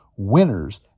Winners